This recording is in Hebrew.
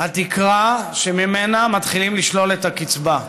התקרה שממנה מתחילים לשלול את הקצבה.